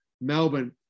Melbourne